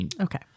Okay